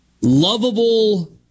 lovable